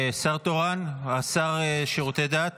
שר תורן, השר לשירותי דת.